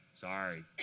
Sorry